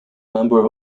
number